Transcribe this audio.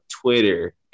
Twitter